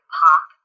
pop